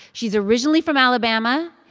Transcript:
she's originally from alabama,